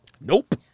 Nope